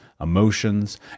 emotions